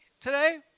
today